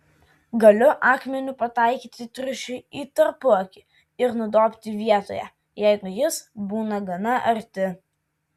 galiu akmeniu pataikyti triušiui į tarpuakį ir nudobti vietoje jeigu jis būna gana arti